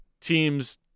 teams